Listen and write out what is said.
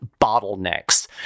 bottlenecks